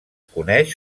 coneix